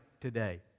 today